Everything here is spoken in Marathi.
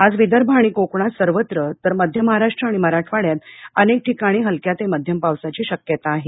आज विदर्भ आणि कोकणात सर्वत्र तर मध्य महाराष्ट्र आणि मराठवाड्यात अनेक ठिकाणी हलक्या ते मध्यम पावसाची शक्यता आहे